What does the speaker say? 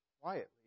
quietly